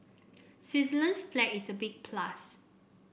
Switzerland's flag is a big plus